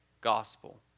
gospel